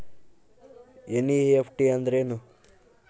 NEFT ಅಂದ್ರೆನು?